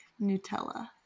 Nutella